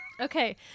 okay